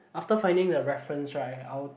after finding the reference right I'll